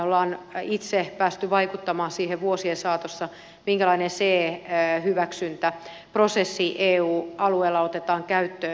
me olemme itse päässeet vaikuttamaan vuosien saatossa siihen minkälainen ce hyväksyntäprosessi eu alueella otetaan käyttöön